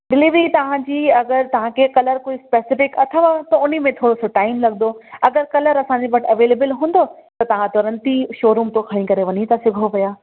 delivery त अगरि तव्हांखे कलर कोई स्पेसिफ़िक अथव त उनमें थोरो टाइम लगंदो अगरि कलर असांजे वटि अवेलेबल हूंदो त तव्हां तुरंत ई शोरूम खां खणी करे वञी था सघो पिया